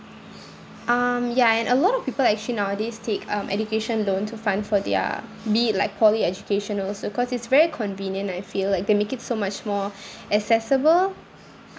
um ya and a lot of people actually nowadays take um education loan to fund for their be it like poly education also cause it's very convenient I feel like they make it so much more accessible